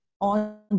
on